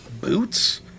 boots